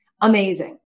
Amazing